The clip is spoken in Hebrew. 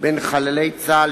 בין חללי צה"ל,